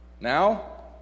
Now